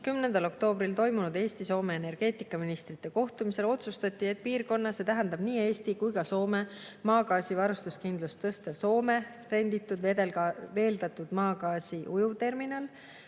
10. oktoobril toimunud Eesti-Soome energeetikaministrite kohtumisel otsustati, et piirkonna, see tähendab nii Eesti kui ka Soome, maagaasi varustuskindlust tõstev Soome renditud veeldatud maagaasi ujuvterminal